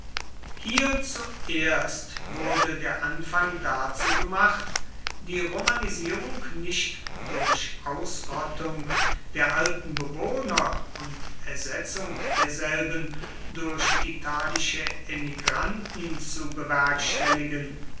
hier zuerst wurde der anfang dazu gemacht die romanisierung nicht durch ausrottung der alten bewohner und ersetzung derselben durch italische emigranten zu bewerkstelligen